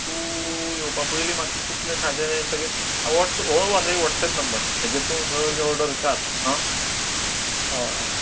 तूं येवपा पयली म्हाका कितले खाजें जाय ते सगळे वॉट्सऍप व्हो व्हो न्ही वॉट्सऍप नंबर हेजेर तूं सगळी ऑर्डर घाल हां हय